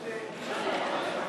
אתה יודע,